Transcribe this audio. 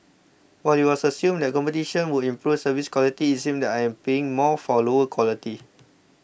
while it was assumed that competition would improve service quality it seems that I am paying more for lower quality